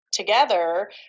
together